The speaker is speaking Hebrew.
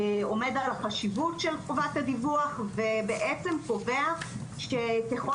עומד על החשיבות של חובת הדיווח ובעצם קובע שככל